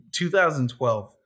2012